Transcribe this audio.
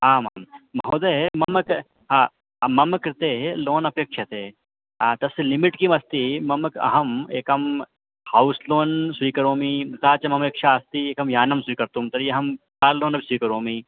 आमां महोदय मम क् हा मम कृते लोन् अपेक्षते तस्य लिमिट् किमस्ति मम अहम् एकं हौस् लोन् स्वीकरोमि तथा च ममपेक्षा अस्ति एकं यानं स्वीकर्तुं तर्हि अहं कार् लोन् स्वीकरोमि